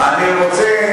אני רוצה,